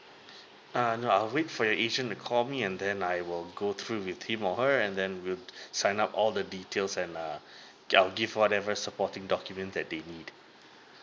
err no I'll wait for your agent to call me and then I will go through with him or her and then we'll sign up all the details and err I'll give whatever supporting document that they need